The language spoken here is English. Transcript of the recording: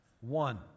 one